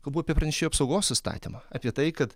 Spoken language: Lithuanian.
kalbu apie pranešėjų apsaugos įstatymą apie tai kad